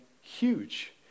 huge